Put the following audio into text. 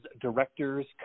director's